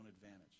advantage